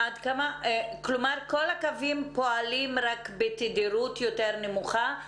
כלומר, כל הקווים פועלים רק בתדירות יותר נמוכה?